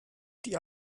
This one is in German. die